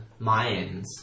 Mayans